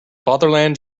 fatherland